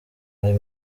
ayo